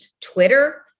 Twitter